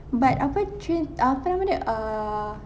but apa train ah apa nama dia err